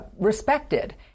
respected